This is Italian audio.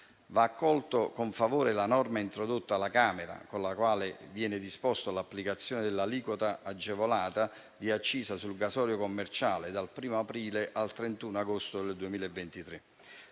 Va accolta con favore la norma introdotta alla Camera, con la quale viene disposta l'applicazione dell'aliquota agevolata di accisa sul gasolio commerciale dal 1° aprile al 31 agosto 2023.